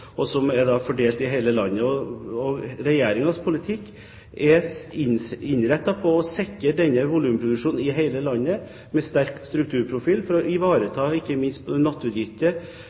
som er fordelt i hele landet. Regjeringens politikk er innrettet på å sikre denne volumproduksjonen i hele landet, med sterk strukturprofil for å ivareta ikke minst naturgitte